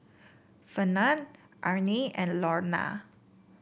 Fernand Arnie and Launa